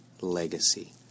legacy